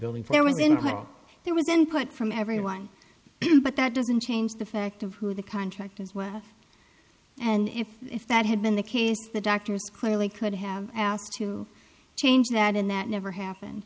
building where we've been hiding there was input from everyone but that doesn't change the fact of who the contractors were and if if that had been the case the doctors clearly could have asked to change that and that never happened